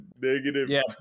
negative